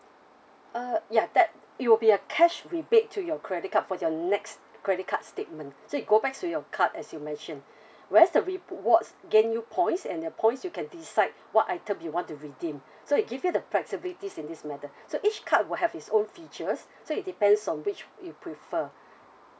uh ya that it will be a cash rebate to your credit card for your next credit card statement so it go back to your card as you mentioned whereas the rewards gain you points and the points you can decide what item you want to redeem so it give you the flexibilities in this matter so each card will have its own features so it depends on which you prefer